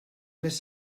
més